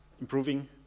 improving